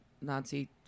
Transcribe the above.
nazi